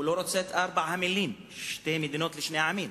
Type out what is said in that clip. הוא לא רוצה את ארבע המלים: שתי מדינות לשני העמים.